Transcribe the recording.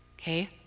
okay